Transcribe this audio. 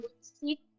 see